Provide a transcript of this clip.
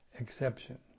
exception